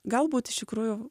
galbūt iš tikrųjų